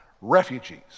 refugees